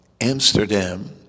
Amsterdam